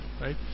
right